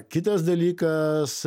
kitas dalykas